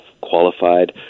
qualified